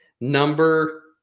Number